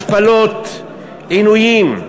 השפלות, עינויים.